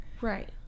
Right